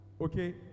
Okay